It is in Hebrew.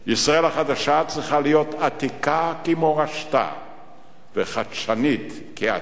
ישראל החדשה צריכה להיות עתיקה כמורשתה וחדשנית כעתידה.